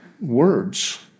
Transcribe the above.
words